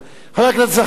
חבר הכנסת זחאלקה,